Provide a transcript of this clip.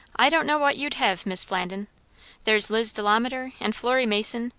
i don't know what you'd hev', mis' flandin there's liz delamater, and florry mason,